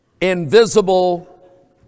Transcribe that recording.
invisible